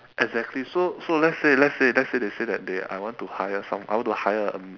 exactly so so let's say let's say let's say they say that they I want to hire some I want to hire a